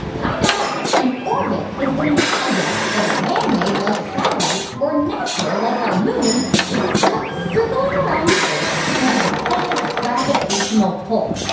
timeout in orbit is when an object whether manmade, like a satellite, or natural, like our moon is stuck circling around the earth because of the planet's gravitational pull.